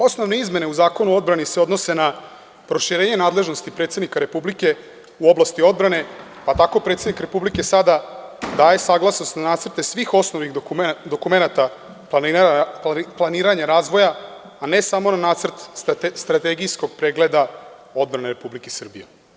Osnovne izmene u Zakonu o odbrani se odnose na proširenje nadležnosti predsednika Republike u oblasti odbrane, pa tako predsednik Republike sada daje saglasnost na nacrte svih osnovnih dokumenata planiranja razvoja, a ne samo na nacrt strategijskog pregleda odbrane Republike Srbije.